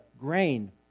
grain